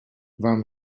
vam